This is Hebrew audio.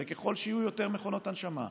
הרי ככל שיהיו יותר מכונות הנשמה,